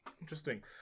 interesting